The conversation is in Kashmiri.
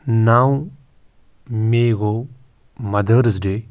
نَو مے گوٚو مَدٲرٕز ڈے